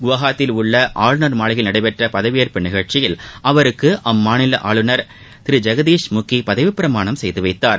குவஹாத்தியில் உள்ள ஆளுநர் மாளிகையில் நடைபெற்ற பதவியேற்பு நிகழ்ச்சியில் அவருக்கு அம்மாநில ஆளுநர் திரு ஜெகதீஷ் முகி பதவிப்பிரமாணம் செய்து வைத்தார்